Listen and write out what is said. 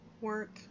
work